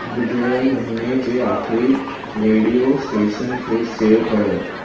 गुजरियल महीने जे आखिरी रेडिओ स्टेशन खे सेव कयो